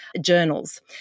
journals